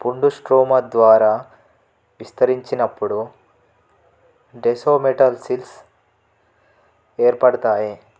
పుండు స్ట్రోమా ద్వారా విస్తరించినప్పుడు డెసోమెటల్సిల్స్ ఏర్పడతాయి